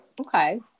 Okay